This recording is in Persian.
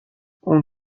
اون